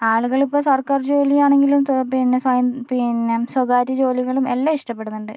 ആളുകളിപ്പോൾ സർക്കാർ ജോലിയാണെങ്കിലും പിന്നെ പിന്നെ സ്വകാര്യ ജോലികളും എല്ലാം ഇഷ്ട്ടപ്പെടുന്നുണ്ട്